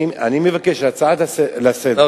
אני מבקש שההצעה לסדר-היום,